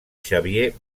xavier